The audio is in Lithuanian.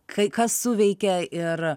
kai kas suveikė ir